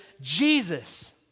Jesus